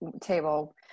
table